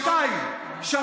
אתה מצטט,